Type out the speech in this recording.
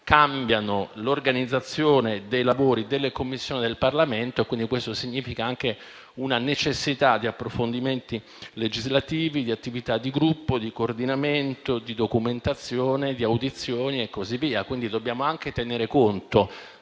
cambia l'organizzazione dei lavori delle Commissioni e del Parlamento. Questo significa anche una necessità di approfondimenti legislativi, di attività di Gruppo, di coordinamento, di documentazione, di audizioni e così via. Dobbiamo anche tener conto